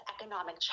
economic